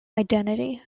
identity